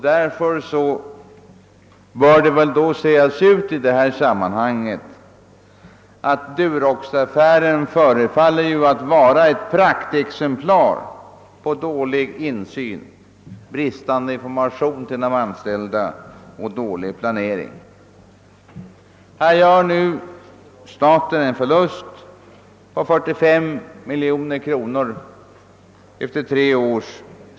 Därför bör det i detta sammanhang sägas ut att Duroxaffären förefaller vara ett praktexempel på dålig insyn, bristande information till de anställda och dålig planering. Efter att i tre år ha ägt detta företag gör staten en förlust på 45 miljoner kronor.